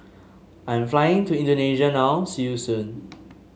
I am flying to Indonesia now see you soon